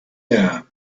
air